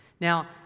Now